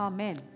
Amen